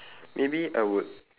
maybe I would